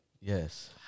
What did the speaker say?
Yes